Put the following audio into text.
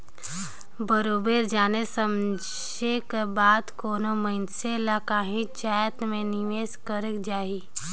बरोबेर जाने समुझे कर बादे कोनो मइनसे ल काहींच जाएत में निवेस करेक जाही